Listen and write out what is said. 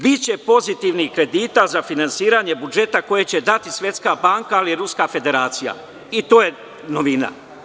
Biće pozitivnih kredita za finansiranje budžeta koje će dati Svetska banka ali i Ruska Federacija i to je novina.